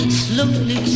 slowly